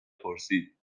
پرسید